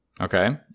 Okay